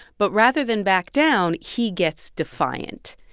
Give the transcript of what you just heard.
but rather than back down, he gets defiant.